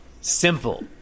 Simple